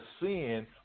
sin